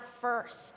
first